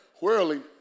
whirling